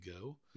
go